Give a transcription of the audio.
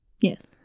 Yes